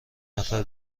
نفر